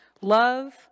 Love